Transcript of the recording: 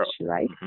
right